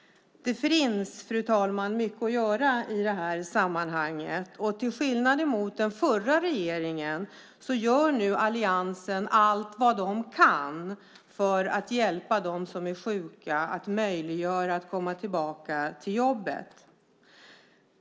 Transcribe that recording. Det finns, fru talman, mycket att göra i sammanhanget. Till skillnad från den förra regeringen gör alliansen allt vad den kan för att hjälpa och möjliggöra för dem som är sjuka att komma tillbaka till jobbet.